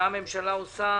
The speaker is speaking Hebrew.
מה הממשלה עושה,